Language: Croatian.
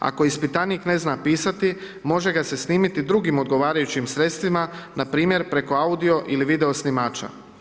Ako ispitanik ne zna pisati, može ga se snimiti drugim odgovarajućim sredstvima, neko preko audio ili video snimača.